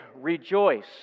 Rejoice